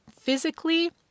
physically